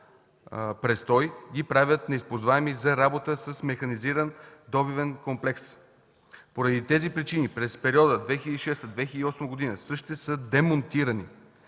престой ги правят неизползваеми за работа с механизиран добивен комплекс. Поради тези причини през периода 2006-2008 г. същите са демонтирани,